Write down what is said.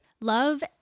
Love